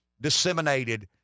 disseminated